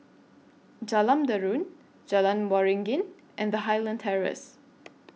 Jalan Derum Jalan Waringin and Highland Terrace